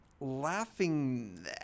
laughing